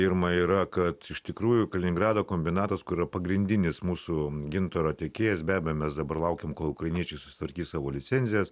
pirma yra kad iš tikrųjų kaliningrado kombinatas kur yra pagrindinis mūsų gintaro tiekėjas be abejo mes dabar laukiam kol ukrainiečiai susitvarkys savo licenzijas